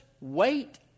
wait